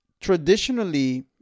traditionally